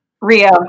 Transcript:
rio